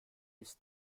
ist